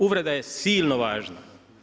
Uvreda je silno važna.